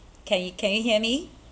can you can you hear me